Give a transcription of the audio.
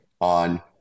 on